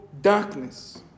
darkness